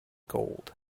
gold